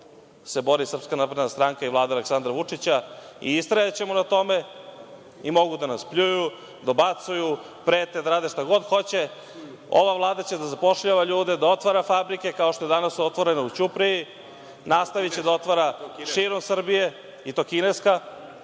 se bori SNS i Vlada Aleksandra Vučića i istrajaćemo na tome. Mogu da nas pljuju, dobacuju, prete, da rade šta god hoće, ova Vlada će da zapošljava ljude, da otvara fabrike, kao što je danas otvorena u Ćupriji, nastavljaće da ih otvara širom Srbije, i to kineska.